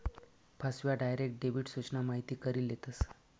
फसव्या, direct debit सूचना माहिती करी लेतस